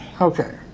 Okay